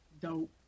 Dope